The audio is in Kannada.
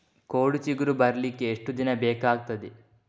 ಕೋಡು ಚಿಗುರು ಬರ್ಲಿಕ್ಕೆ ಎಷ್ಟು ದಿನ ಬೇಕಗ್ತಾದೆ?